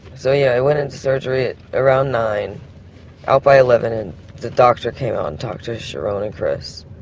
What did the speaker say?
so yeah i went into surgery around nine out by eleven and the doctor came ah and talked to sharone and chris,